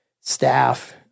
staff